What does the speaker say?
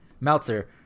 Meltzer